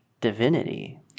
divinity